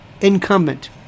Incumbent